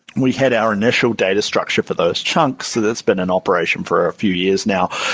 we had our initial data structure for those chunks. that's been in operation for a few years now.